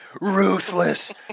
Ruthless